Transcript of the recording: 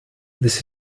this